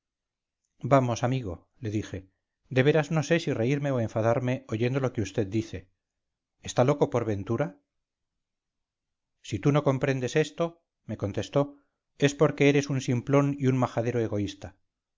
vamos amigo le dije de veras no sé si reírme o enfadarme oyendo lo que usted dice está loco por ventura si tú no comprendes esto me contestó es porque eres un simplón y un majadero egoísta